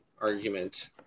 argument